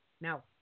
Now